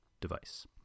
device